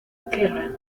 kerrang